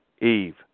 Eve